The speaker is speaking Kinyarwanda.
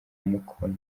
mukono